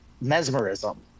mesmerism